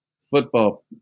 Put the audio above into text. football